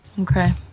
Okay